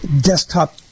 desktop